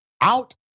out